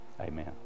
amen